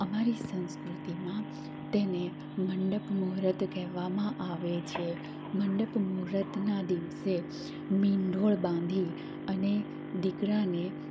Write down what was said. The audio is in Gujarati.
અમારી સંસ્કૃતિમાં તેને મંડપ મૂહુર્ત કહેવામાં આવે છે મંડપ મૂહુર્તના દિવસે મીંઢોળ બાંધી અને દીકરાને